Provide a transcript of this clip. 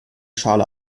schale